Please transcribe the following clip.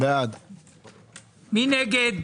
מי נגד?